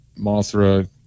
Mothra